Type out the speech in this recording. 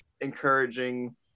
encouraging